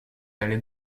allait